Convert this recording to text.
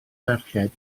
merched